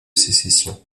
sécession